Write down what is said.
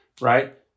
right